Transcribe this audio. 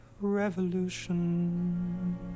revolution